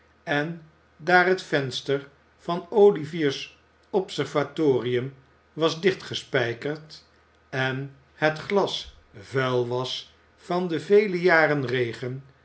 en daar het venster van olivier's observatorium was dichtgespijkerd en het glas vuil was van de vele jaren regen